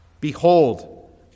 Behold